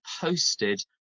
posted